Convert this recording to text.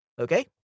okay